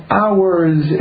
hours